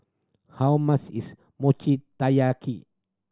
how much is Mochi Taiyaki